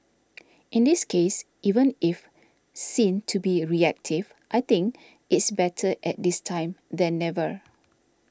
in this case even if seen to be reactive I think it's better at this time than never